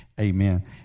amen